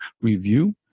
review